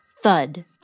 Thud